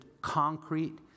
concrete